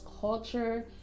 culture